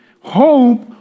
Hope